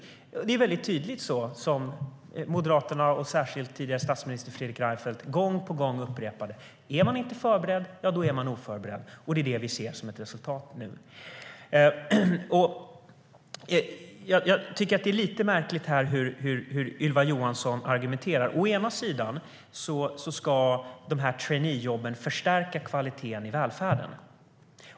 Det är lite märkligt hur Ylva Johansson argumenterar. Å ena sidan ska traineejobben förstärka kvaliteten i välfärden.